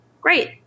great